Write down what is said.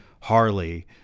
Harley